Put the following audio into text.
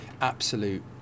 absolute